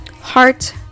heart